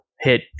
hit